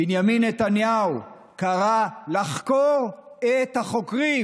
בנימין נתניהו קרא לחקור את החוקרים.